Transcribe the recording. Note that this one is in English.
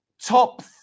top